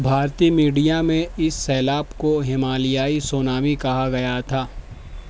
بھارتی میڈیا میں اس سیلاب کو ہمالیائی سونامی کہا گیا تھا